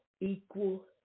equal